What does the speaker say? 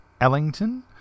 ellington